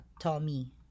tommy